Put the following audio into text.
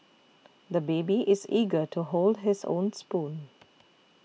the baby is eager to hold his own spoon